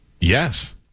Yes